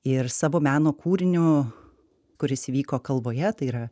ir savo meno kūriniu kuris įvyko kalboje tai yra